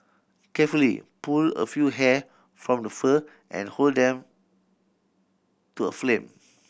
carefully pull a few hair from the fur and hold them to a flame